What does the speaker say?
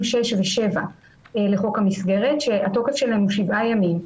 6 ו-7 לחוק המסגרת שהתוקף שלהם הוא שבעה ימים.